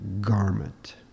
Garment